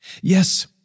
Yes